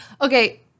Okay